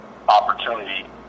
opportunity